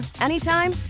anytime